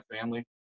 family